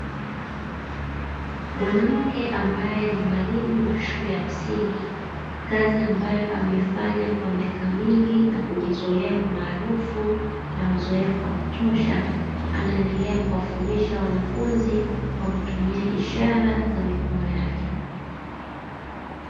Mwanamke ambaye ni mwalimu wa shule ya msingi, kazi ambayo ameifanya kwa miaka mingi na kujizolea umaarufu na uzoefu wa kutosha, anaendelea kuwafundisha wanafunzi kwakutumia ishara za mikono yake.